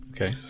Okay